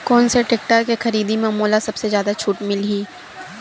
कोन से टेक्टर के खरीदी म मोला सबले जादा छुट मिलही?